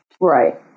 Right